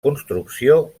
construcció